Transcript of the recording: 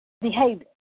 behavior